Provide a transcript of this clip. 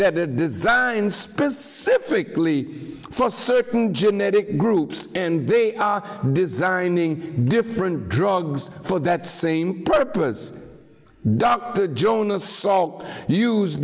are designed specifically for certain genetic groups and they are designing different drugs for that same purpose dr jonas salk use